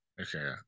okay